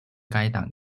该党